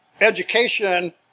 education